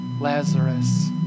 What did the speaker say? Lazarus